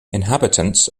inhabitants